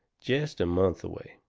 jest a month away.